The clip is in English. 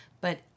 But-